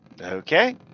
Okay